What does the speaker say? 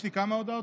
יש לי כמה הודעות,